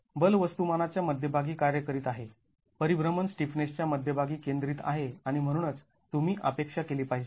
बल वस्तुमानाच्या मध्यभागी कार्य करीत आहे परिभ्रमण स्टिफनेसच्या मध्यभागी केंद्रित आहे आणि म्हणूनच तुम्ही अपेक्षा केली पाहिजे